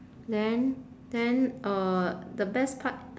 then then uh the best part